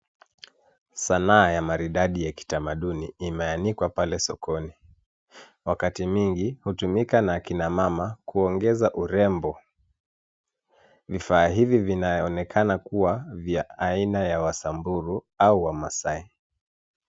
Sanaa ya maridadi ya kitamaduni imeanikwa pale sokoni. Wakati mingi hutumika na kina mama kuongeza urembo. Vifaa hivi vinaonekana kuwa vya aina ya Wasamburu au Wamaasai.